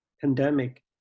pandemic